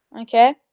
okay